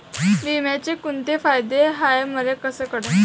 बिम्याचे कुंते फायदे हाय मले कस कळन?